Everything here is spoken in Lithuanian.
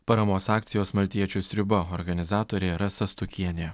paramos akcijos maltiečių sriuba organizatorė rasa stukienė